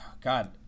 God